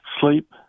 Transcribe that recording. sleep